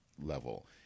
level